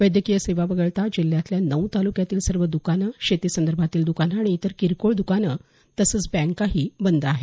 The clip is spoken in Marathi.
वैद्यकीय सेवा वगळता जिल्ह्यातल्या नऊ तालुक्यातील सर्व द्कानं शेती संदर्भातील द्कानं आणि इतर किरकोळ द्कानं तसंच बँकाही बंद आहेत